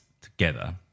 together